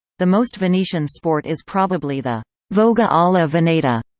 the most venetian sport is probably the voga alla veneta,